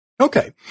Okay